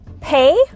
pay